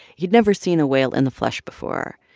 he'd never seen a whale in the flesh before.